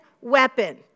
weapon